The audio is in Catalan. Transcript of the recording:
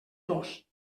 dos